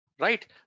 right